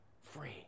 free